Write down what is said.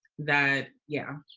that. yeah.